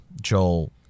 Joel